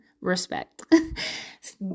respect